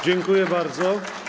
Dziękuję bardzo.